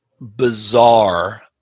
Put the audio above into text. bizarre